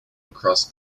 across